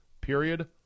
Period